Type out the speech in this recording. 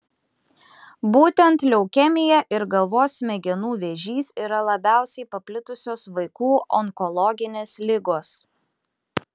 būtent leukemija ir galvos smegenų vėžys yra labiausiai paplitusios vaikų onkologinės ligos